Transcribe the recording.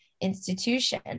institution